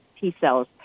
T-cells